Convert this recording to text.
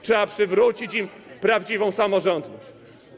Trzeba im przywrócić prawdziwą samorządność.